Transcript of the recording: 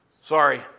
sorry